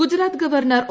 Gujarat governor O